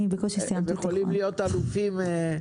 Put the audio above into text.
הם יכולים להיות אלופים.